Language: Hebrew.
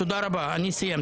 תודה רבה, אני סיימתי.